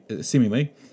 seemingly